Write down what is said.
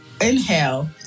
inhale